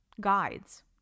guides